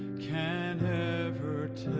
can ever tell